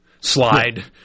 Slide